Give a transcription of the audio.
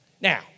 Now